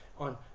on